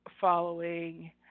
following